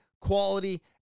quality